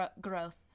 growth